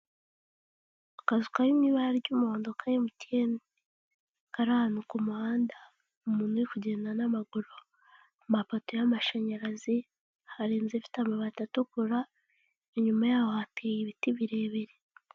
Akazu kari mu ibara ry'umuhondo ka Emutiyeni kari ahantu ku muhanda umuntu uri kugenda n'amaguru, amapoto y'amashanyarazi hari inzu ifite amabati atukura inyuma yaho hateye ibiti birebire.